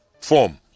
form